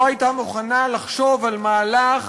לא הייתה מוכנה לחשוב על מהלך